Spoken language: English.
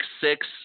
six